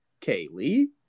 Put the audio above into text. Kaylee